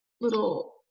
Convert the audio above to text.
little